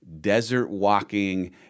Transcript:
desert-walking